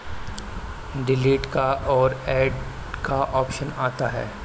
delete का और add का ऑप्शन आता है